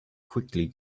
quickly